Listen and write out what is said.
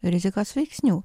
rizikos veiksnių